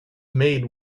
made